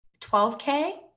12K